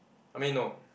I mean no